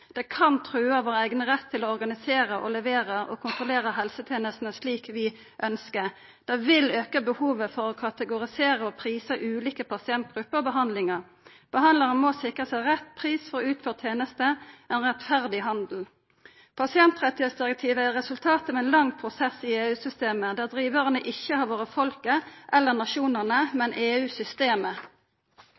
kan trua vår eigen rett til å organisera, levera og kontrollera helsetenestene slik vi ønsker. Det vil auka behovet for å kategorisera og prisa ulike pasientgrupper og behandlingar. Behandlaren må sikra seg rett pris for utført teneste – ein rettferdig handel. Pasientrettsdirektivet er resultat av ein lang prosess i EU-systemet, der drivarane ikkje har vore folket eller nasjonane, men